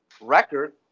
record